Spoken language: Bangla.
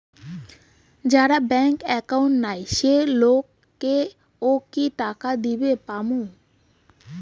যার ব্যাংক একাউন্ট নাই সেই লোক কে ও কি টাকা দিবার পামু?